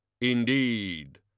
Indeed